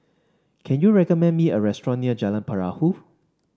can you recommend me a restaurant near Jalan Perahu